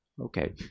Okay